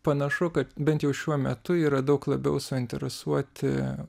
panašu kad bent jau šiuo metu yra daug labiau suinteresuoti